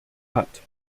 hat